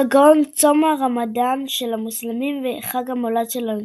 כגון צום הרמדאן של המוסלמים וחג המולד של הנוצרים.